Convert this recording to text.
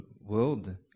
world